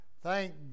Thank